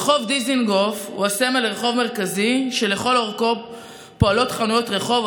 רחוב דיזנגוף הוא סמל לרחוב מרכזי שלכל אורכו פועלות חנויות רחוב,